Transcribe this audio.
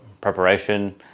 preparation